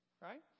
Right